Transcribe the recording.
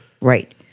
Right